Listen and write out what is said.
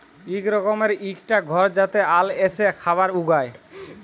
ইক রকমের ইকটা ঘর যাতে আল এসে খাবার উগায়